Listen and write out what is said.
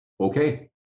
okay